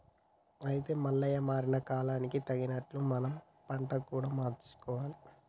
అయితే మల్లయ్య మారిన కాలానికి తగినట్లు మనం పంట కూడా మార్చుకోవాలి